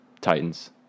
Titans